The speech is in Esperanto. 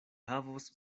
havos